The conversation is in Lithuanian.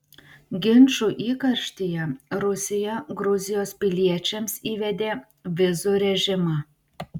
ginčų įkarštyje rusija gruzijos piliečiams įvedė vizų režimą